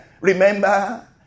Remember